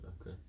okay